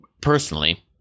personally